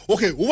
Okay